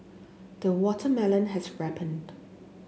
the watermelon has ripened